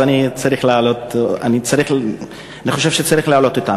אז אני חושב שצריך להעלות אותן.